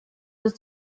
ist